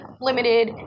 limited